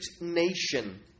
nation